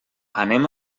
anem